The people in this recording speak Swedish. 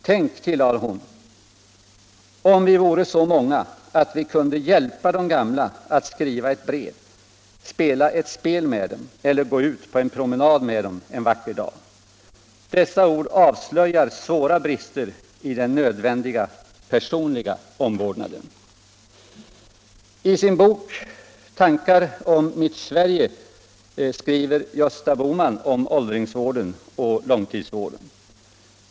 Tänk, tillade hon, om vi vore så många att vi kunde hjälpa de gamla att skriva ett brev, spela ett spel med dem eller gå ut på promenad med dem en vacker dag. Dessa ord avslöjar svåra brister i den nödvändiga personliga omvårdnaden. I sin bok Tankar om mitt Sverige skriver Gösta Bohman om åldringsoch långtidsvården.